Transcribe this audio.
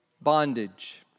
bondage